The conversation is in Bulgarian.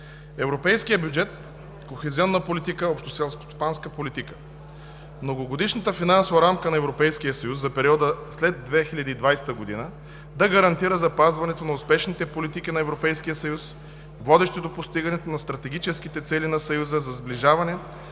Европейски бюджет, кохезионна политика, Обща селскостопанска политика - многогодишната финансова рамка на Европейския съюз за периода след 2020 г. да гарантира запазване на успешните политики на Европейския съюз, водещи до постигане на стратегическите цели на Съюза за сближаване,